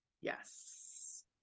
yes